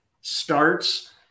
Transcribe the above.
starts